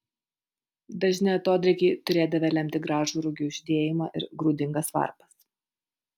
dažni atodrėkiai turėdavę lemti gražų rugių žydėjimą ir grūdingas varpas